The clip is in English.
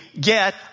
get